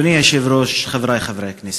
אדוני היושב-ראש, חברי חברי הכנסת,